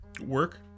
Work